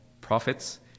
prophets